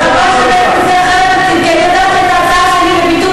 את ראש הממשלה למה לא